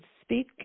speak